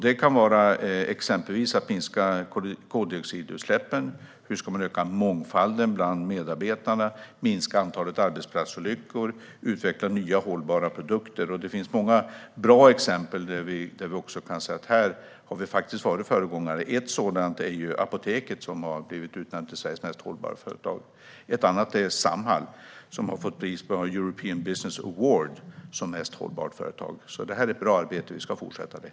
Det kan exempelvis vara att minska koldioxidutsläppen, öka mångfalden bland medarbetarna, minska antalet arbetsplatsolyckor och utveckla nya hållbara produkter. Det finns många bra exempel där vi kan säga att vi har varit föregångare. Ett sådant är Apoteket, som har utnämnts till Sveriges mest hållbara företag. Ett annat är Samhall, som har fått European Business Awards pris för mest hållbara företag. Det sker ett bra arbete, och vi ska fortsätta det.